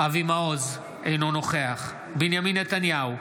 אבי מעוז, אינו נוכח בנימין נתניהו,